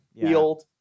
field